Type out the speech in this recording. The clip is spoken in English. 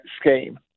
scheme